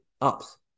Ups